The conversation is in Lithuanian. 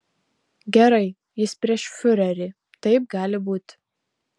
gerai jis prieš fiurerį taip gali būti